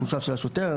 בחושיו של השוטר.